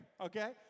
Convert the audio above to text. Okay